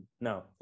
No